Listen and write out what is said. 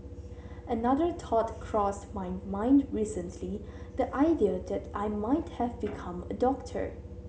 another thought crossed my mind recently the idea that I might have become a doctor